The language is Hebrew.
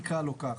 נקרא לו כך,